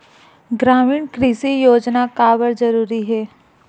ग्रामीण कृषि योजना काबर जरूरी हे?